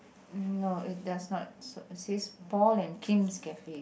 mm no it does not says Paul and Kim's cafe